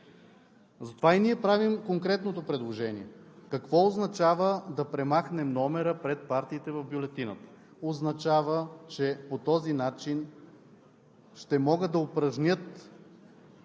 Затова и ние правим конкретното предложение: какво означава да премахнем номера пред партиите в бюлетината? Означава, че по този начин ще могат да упражнят